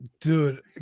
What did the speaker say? Dude